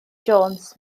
jones